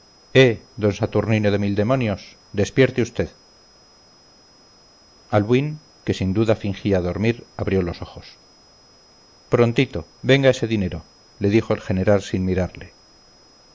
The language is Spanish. don saturnino de mil demonios despierte usted albuín que sin duda fingía dormir abrió los ojos prontito venga ese dinero le dijo el general sin mirarle